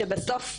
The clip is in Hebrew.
שבסוף,